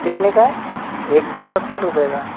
کتنے کا ہے ایک سو ستر روپے کا